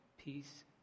peace